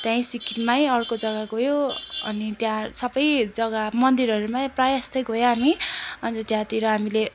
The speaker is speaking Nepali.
त्यहीँ सिक्किममै अर्को जग्गा गयो अनि त्यहाँ सबै जग्गा मन्दिरहरूमै प्रायःजस्तो गयौँ हामी अन्त त्यहाँतिर हामीले